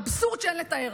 אבסורד שאין לתאר.